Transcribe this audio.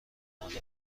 بمانید